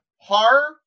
horror